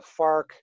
FARC